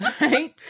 right